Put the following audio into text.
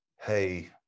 Hey